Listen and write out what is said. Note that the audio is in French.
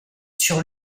sur